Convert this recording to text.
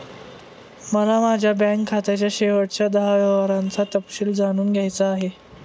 मला माझ्या बँक खात्याच्या शेवटच्या दहा व्यवहारांचा तपशील जाणून घ्यायचा आहे